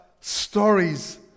stories